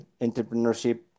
entrepreneurship